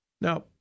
Now